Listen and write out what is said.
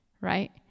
right